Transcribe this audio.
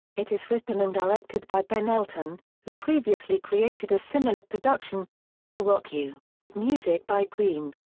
it is written and directed by ben elton, who previously created a similar production, we will rock you, with music by queen.